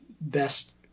best